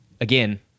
again